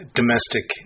domestic